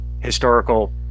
Historical